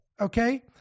Okay